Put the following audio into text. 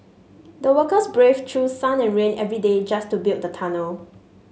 the workers braved through sun and rain every day just to build the tunnel